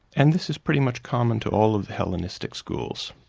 and this is pretty much common to all of the hellenistic schools.